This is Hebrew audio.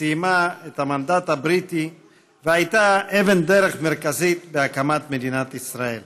אנחנו מציינים היום